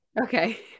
Okay